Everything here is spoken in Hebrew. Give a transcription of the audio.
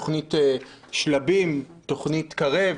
תוכנית שלבים, תוכנית קרב,